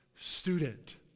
student